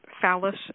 phallus